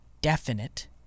definite